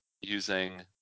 using